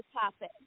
topic